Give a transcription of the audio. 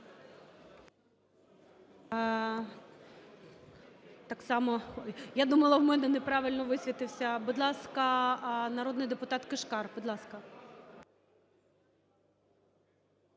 Так само… Я думала, у мене неправильно висвітився. Будь ласка, народний депутат Кишкар. Будь ласка.